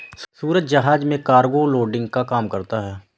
सूरज जहाज में cargo loading का काम करता है